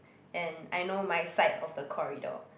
and I know my side of the corridor